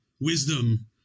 wisdom